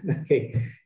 okay